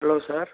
hello sir